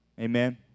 Amen